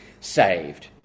saved